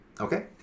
Okay